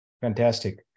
Fantastic